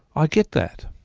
i get that.